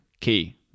Key